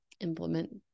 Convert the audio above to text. implement